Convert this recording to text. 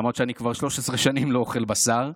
למרות שאני כבר 13 שנים לא אוכל בשר.